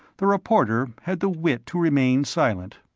the reporter had the wit to remain silent.